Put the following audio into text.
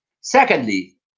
Secondly